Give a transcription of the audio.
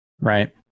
right